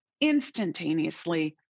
instantaneously